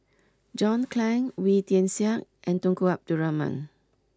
John Clang Wee Tian Siak and Tunku Abdul Rahman